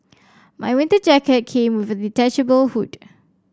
my winter jacket came with a detachable hood